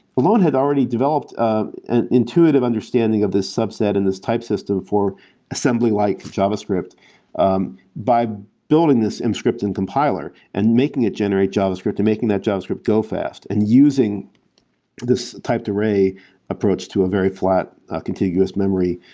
alon had already developed an intuitive understanding of the subset in this type system for assembly-like javascript um by building this emscripten compiler and making it generate javascript to making that javascript go fast and using this typed-array approach to a very flat contiguous memory